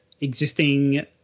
existing